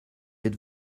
êtes